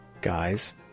Guys